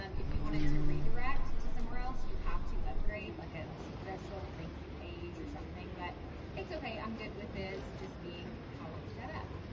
um if you wanted to redirect to somewhere else, you'd have to upgrade like ah a thank you page or something. but it's okay, i'm good with this just being how it set up.